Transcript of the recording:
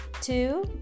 Two